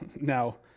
now